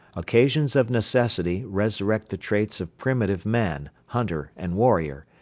occasions of necessity resurrect the traits of primitive man, hunter and warrior,